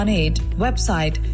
Website